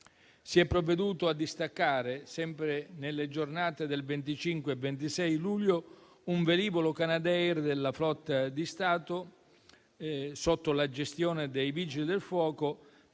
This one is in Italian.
Si è provveduto a distaccare, sempre nelle giornate del 25 e 26 luglio, un velivolo *canadair* della flotta di Stato sotto la gestione dei Vigili del fuoco